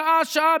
שעה-שעה,